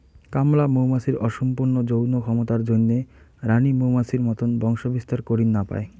কামলা মৌমাছির অসম্পূর্ণ যৌন ক্ষমতার জইন্যে রাণী মৌমাছির মতন বংশবিস্তার করির না পায়